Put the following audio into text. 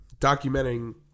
documenting